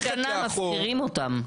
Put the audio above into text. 40 שנה מפקירים אותם.